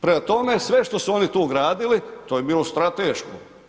Prema tome, sve što su oni tu gradili to je bilo strateško.